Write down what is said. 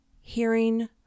hearing